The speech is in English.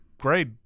great